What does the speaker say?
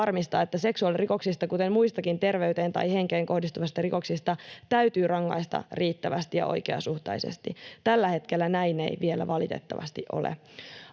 että seksuaalirikoksista, kuten muistakin terveyteen tai henkeen kohdistuvista rikoksista, täytyy rangaista riittävästi ja oikeasuhtaisesti. Tällä hetkellä näin ei vielä valitettavasti ole.